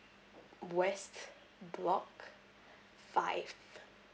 west block five